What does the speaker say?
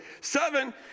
Seven